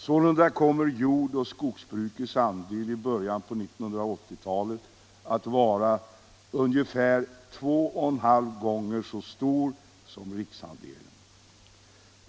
Sålunda kommer jord och skogsbrukets andel i början på 1980-talet att vara ungefär 2,5 gånger så stor som riksandelen.